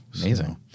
Amazing